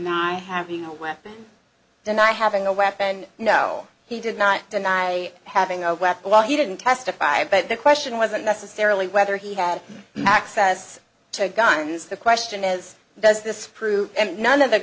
not having a weapon deny having a weapon no he did not deny having a weapon on he didn't testify but the question wasn't necessarily whether he had access to guns the question is does this prove and none of